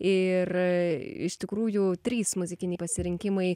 ir iš tikrųjų trys muzikiniai pasirinkimai